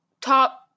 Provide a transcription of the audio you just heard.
top